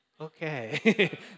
okay